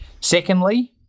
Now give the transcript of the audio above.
Secondly